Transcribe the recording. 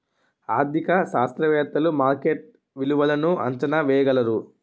ఆర్థిక శాస్త్రవేత్తలు మార్కెట్ విలువలను అంచనా వేయగలరు